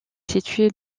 située